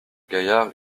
gaillard